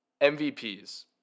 MVPs